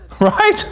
Right